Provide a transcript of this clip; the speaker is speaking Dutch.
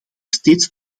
steeds